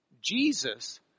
Jesus